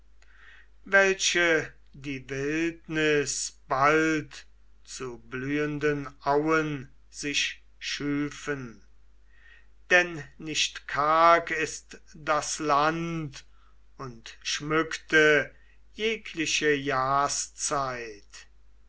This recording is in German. welche die wildnis bald zu blühenden auen sich schüfen denn nicht karg ist das land und schmückte jegliche jahrszeit